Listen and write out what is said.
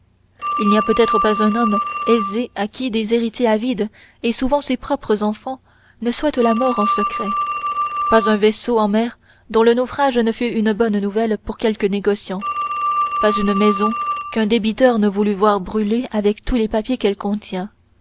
il n'y a peut-être pas un homme aisé à qui des héritiers avides et souvent ses propres enfants ne souhaitent la mort en secret pas un vaisseau en mer dont le naufrage ne fût une bonne nouvelle pour quelque négociant pas une maison qu'un débiteur ne voulût voir brûler avec tous les papiers qu'elle contient